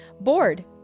bored